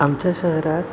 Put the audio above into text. आमच्या शहरात